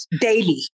daily